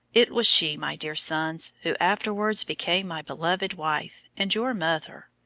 it was she, my dear sons, who afterwards became my beloved wife, and your mother.